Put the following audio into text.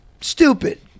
stupid